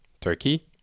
Turkey